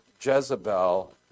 Jezebel